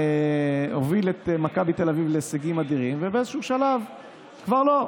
הוביל את מכבי תל אביב להישגים אדירים ובאיזשהו שלב כבר לא,